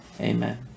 Amen